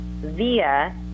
via